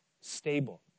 stable